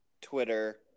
Twitter